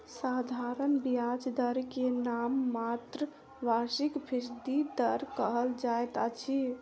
साधारण ब्याज दर के नाममात्र वार्षिक फीसदी दर कहल जाइत अछि